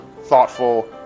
thoughtful